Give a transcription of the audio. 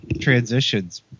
transitions